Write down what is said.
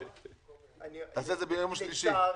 לצערי,